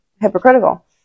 hypocritical